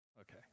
Okay